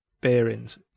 bearings